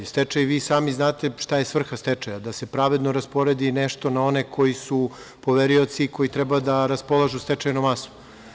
Vi sami znate šta je svrha stečaja, da se pravedno rasporedi nešto na koji su poverioci i koji treba da raspolažu stečajnom masom.